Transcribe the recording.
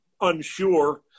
unsure